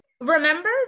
Remember